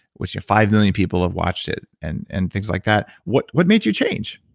which five million people have watched it and and things like that. what what made you change?